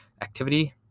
activity